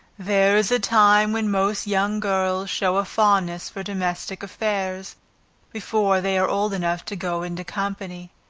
there is a time when most young girls show a fondness for domestic affairs before they are old enough to go into company,